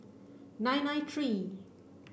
nine nine three